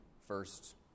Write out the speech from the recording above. first